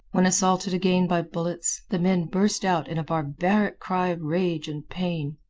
when assaulted again by bullets, the men burst out in a barbaric cry of rage and pain.